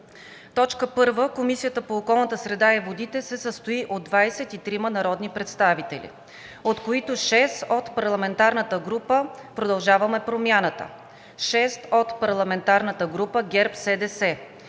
РЕШИ: 1. Комисията по околната среда и водите се състои от 23 народни представители, от които: 6 от парламентарната група на „Продължаваме промяната“; 6 от парламентарната група на ГЕРБ СДС;